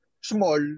small